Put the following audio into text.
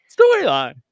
Storyline